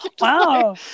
Wow